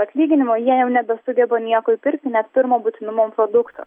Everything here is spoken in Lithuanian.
atlyginimo jie jau nebesugeba nieko įpirkti net pirmo būtinumo produktų